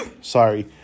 Sorry